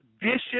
vicious